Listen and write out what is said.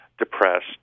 depressed